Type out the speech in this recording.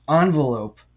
envelope